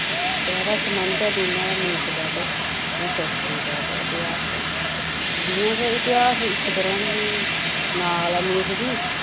गैह्रा संबध ऐ दोनां दा मनुश्य दा ते उदी संस्कृति दे ते इतिहास दा जियां के इतिहास इक तरांह् दी नाल ऐ मनुश दी